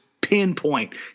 pinpoint